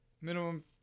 Minimum